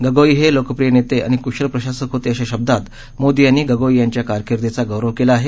गोगोई हे लोकप्रिय नेते आणि कृशल प्रशासक होते अशा शब्दात मोदी यांनी गोगोई यांच्या कारकिर्दीचा गौरव केला आहे